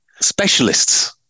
specialists